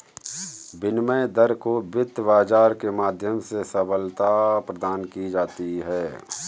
विनिमय दर को वित्त बाजार के माध्यम से सबलता प्रदान की जाती है